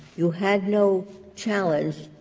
you have no challenge